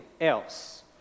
else